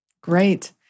Great